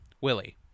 Willie